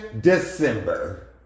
December